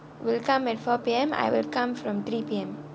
you'll come at four P_M I will come from three P_M